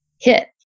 hit